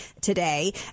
today